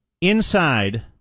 inside